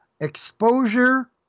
exposure